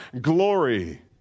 glory